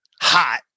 Hot